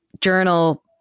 journal